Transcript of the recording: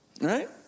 Right